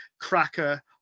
Cracker